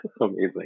amazing